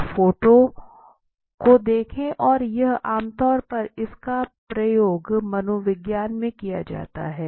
इस फोटो देखे और यह आम तौर पर इसका प्रयोग मनोविज्ञान में किया जाता है